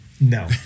no